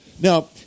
Now